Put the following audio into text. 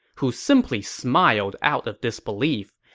who simply smiled out of disbelief.